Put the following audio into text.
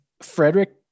Frederick